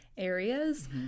Areas